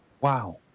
Wow